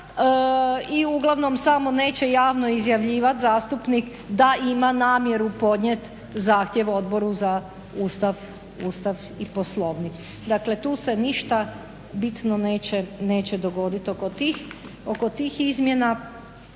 i uglavnom samo neće javno izjavljivati zastupnik da ima namjeru zahtjev Odboru za Ustav i Poslovnik dakle tu se ništa bitno neće dogoditi oko tih izmjena.